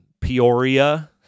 Peoria